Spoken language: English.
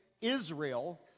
Israel